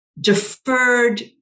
deferred